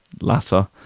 latter